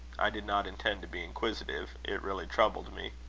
i did not intend to be inquisitive it really troubled me.